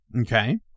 okay